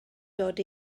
dod